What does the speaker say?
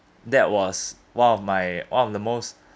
that was one of my one of the most